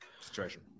situation